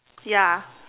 ya